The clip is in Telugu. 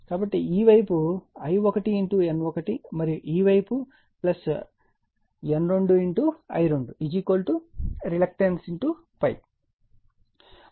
కాబట్టి ఈ వైపు I1 N1 మరియు ఈ వైపు N2 I2 రిలక్టన్స్ ∅